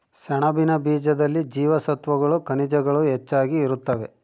ಸೆಣಬಿನ ಬೀಜದಲ್ಲಿ ಜೀವಸತ್ವಗಳು ಖನಿಜಗಳು ಹೆಚ್ಚಾಗಿ ಇರುತ್ತವೆ